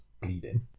bleeding